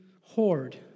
hoard